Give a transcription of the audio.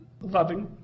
Loving